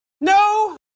No